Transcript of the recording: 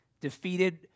defeated